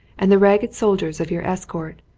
and the ragged soldiers of your escort,